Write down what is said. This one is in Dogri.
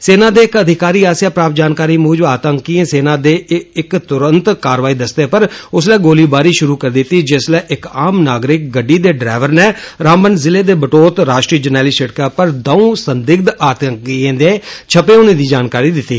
सेना दे इक्क अधिकारी आस्सेआ प्राप्त जानकारी मुजब आतंकिएं सेना दे इक्क तुरंत कारवाई दस्सने पर उसलै गोलीबारी षुरू करी दित्ती जिसलै इक्क आम नागरिक गड्डी दे डरैवर ने रामबन ज़िले दे बटोत राश्ट्री जरनैली षिड़कै पर द'ऊं संदिग्ध आतंकिएं दे छप्पै होने दी जानकारी दित्ती